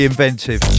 Inventive